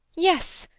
yes,